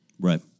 Right